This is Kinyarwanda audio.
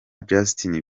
justin